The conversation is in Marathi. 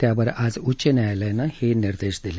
त्यावर आज उच्च न्यायालयानं निर्देश दिले